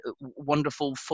wonderful